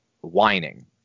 whining